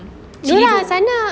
chili ball